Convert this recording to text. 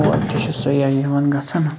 اور تہِ چھِ سیاح یِوان گژھان